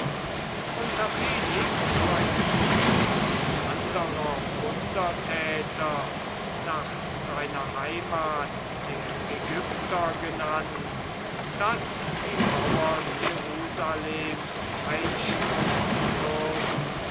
unter felix verhieß ein anderer wundertäter nach seiner heimat der ägypter genannt daß die mauern jerusalems einstürzen würden